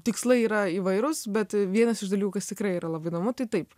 tikslai yra įvairūs bet vienas iš dalykų kas tikrai yra labai įdomu tai taip